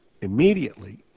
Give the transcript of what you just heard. immediately